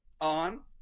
on